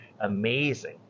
amazing